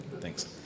thanks